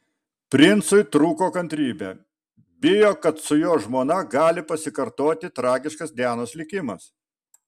princui trūko kantrybė bijo kad su jo žmona gali pasikartoti tragiškas dianos likimas